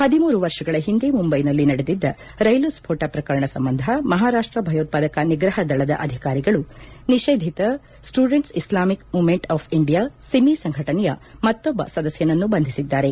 ಹದಿಮೂರು ವರ್ಷಗಳ ಹಿಂದೆ ಮುಂಬೈನಲ್ಲಿ ನಡೆದಿದ್ದ ರೈಲು ಸ್ಫೋಟ ಪ್ರಕರಣ ಸಂಬಂಧ ಮಹಾರಾಪ್ಷ ಭಯೋತ್ವಾದಕ ನಿಗ್ರಹ ದಳದ ಅಧಿಕಾರಿಗಳು ನಿಷೇಧಿತ student Islamic movement of India SIMI ಸಂಘಟನೆಯ ಮತ್ತೊಬ್ಲ ಸದಸ್ತನನ್ನು ಬಂಧಿಸಿದ್ದಾರೆ